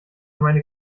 meine